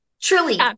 truly